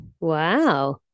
Wow